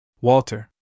Walter